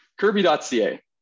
kirby.ca